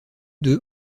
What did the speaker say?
deux